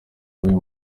b’uyu